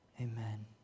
amen